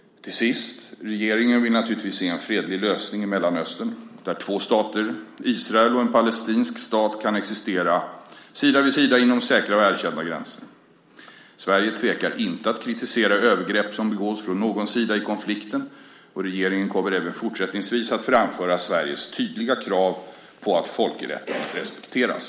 Till sist: Regeringen vill naturligtvis se en fredlig lösning i Mellanöstern där två stater, Israel och en palestinsk stat, kan existera sida vid sida inom säkra och erkända gränser. Sverige tvekar inte att kritisera övergrepp som begås från någon sida i konflikten, och regeringen kommer även fortsättningsvis att framföra Sveriges tydliga krav på att folkrätten respekteras.